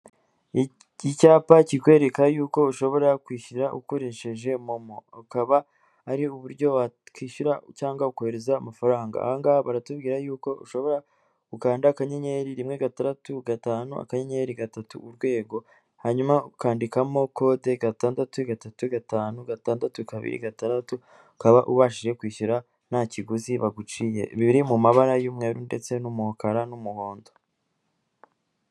Ikicyapa kikwereka yuko ushobora kwishyura ukoresheje momo ,ukaba ari uburyo wakwishyura cyangwa ko ukohereza amafaranga, ahangahe baratubwira yuko ushobora gukanda kanyenyeri rimwe ,gatandatu ,gatanu akanyenyeri gatatu urwego hanyuma ukandikamo kode gatandatu, gatatu, gatanu gatandatu, kabiri, gatandatu ukaba ubashije kwishyura nta kiguzi baguciye biri mu mabara y'umweru ndetse n'umukara n'umuhondo.